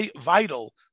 vital